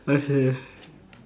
okay